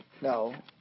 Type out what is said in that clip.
No